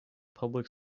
public